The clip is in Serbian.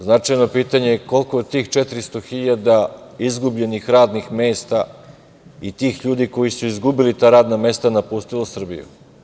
Značajno pitanje je koliko od 400.000 izgubljenih radnih mesta i tih ljudi koji su izgubili ta radna mesta napustilo Srbiju.